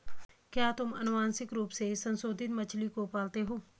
क्या तुम आनुवंशिक रूप से संशोधित मछली को पालते हो?